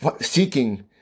seeking